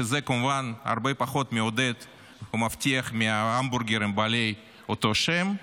שזה כמובן הרבה פחות מעודד ומבטיח מההמבורגרים בעלי אותו שם.